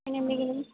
പിന്നെ എന്തെങ്കിലും